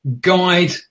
guide